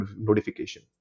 notification